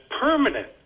permanent